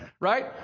right